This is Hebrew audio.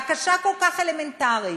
בקשה כל כך אלמנטרית.